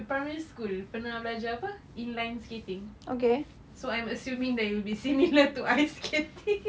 primary school pernah belajar apa inline skating so I'm assuming that it will be similar to ice skating